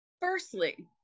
Firstly